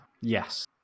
Yes